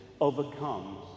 overcomes